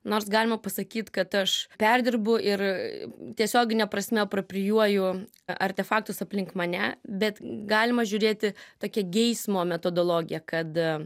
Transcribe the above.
nors galima pasakyt kad aš perdirbu ir tiesiogine prasme praprijuoju artefaktus aplink mane bet galima žiūrėti tokia geismo metodologija kad